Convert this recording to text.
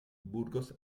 burgos